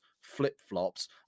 flip-flops